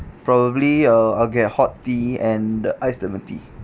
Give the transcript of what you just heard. probably uh I'll get hot tea and iced lemon tea